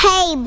Hey